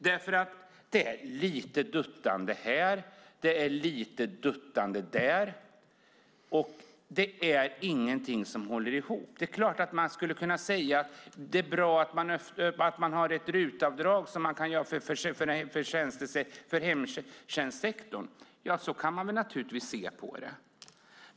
Det är lite duttande här och lite duttande där. Det är ingenting som håller ihop. Det är klart att man skulle kunna säga att det är bra att man har ett RUT-avdrag för hemtjänstsektorn. Så kan man naturligtvis se på det.